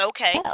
Okay